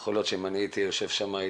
יכול להיות שאם אני הייתי יושב שם,